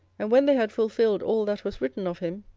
and when they had fulfilled all that was written of him,